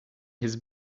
his